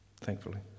thankfully